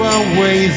away